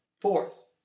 Fourth